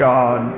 God